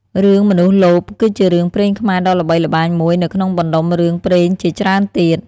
រឿង មនុស្សលោភ គឺជារឿងព្រេងខ្មែរដ៏ល្បីល្បាញមួយនៅក្នុងបណ្ដុំរឿងព្រេងជាច្រើនទៀត។